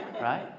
Right